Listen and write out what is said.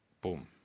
boom